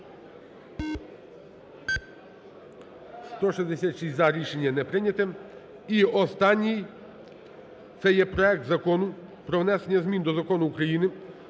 За-166 Рішення не прийняте. І останній. Це є проект Закону про внесення змін до Закону України